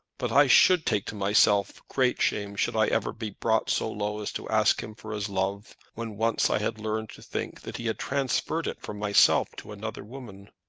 but i should take to myself great shame should i ever be brought so low as to ask him for his love, when once i had learned to think that he had transferred it from myself to another woman.